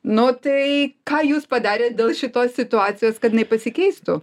nu tai ką jūs padarėt dėl šitos situacijos kad jinai pasikeistų